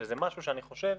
שזה משהו שאני חושב